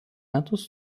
metus